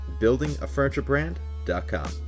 buildingafurniturebrand.com